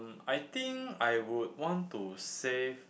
I think I would want to save